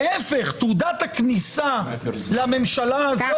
להיפך, תעודת הכניסה לממשלה הזו,